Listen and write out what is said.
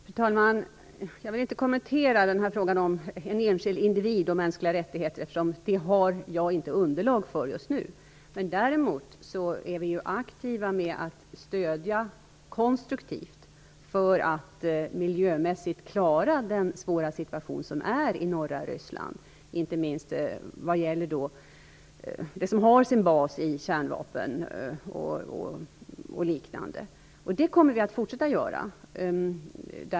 Fru talman! Jag vill inte kommentera den här frågan om en enskild individ och mänskliga rättigheter, eftersom jag inte har underlag för det just nu. Däremot är vi aktiva med konstruktivt stöd för att klara den svåra situationen beträffande miljön i norra Ryssland, inte minst de problem som hänger samman med kärnvapen och liknande. Det kommer vi att fortsätta med.